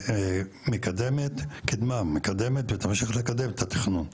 היא קידמה, מקדמת ותמשיך לקדם את התכנון.